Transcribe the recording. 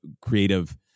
creative